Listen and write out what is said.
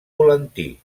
volantí